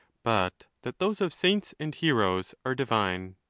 but that those of saints and heroes are divine.